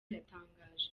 yatangaje